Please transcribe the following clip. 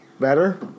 better